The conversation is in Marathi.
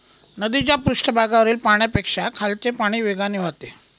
नदीच्या पृष्ठभागावरील पाण्यापेक्षा खालचे पाणी वेगाने वाहते